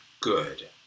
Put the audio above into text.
good